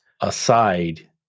aside